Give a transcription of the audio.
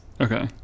Okay